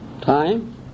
time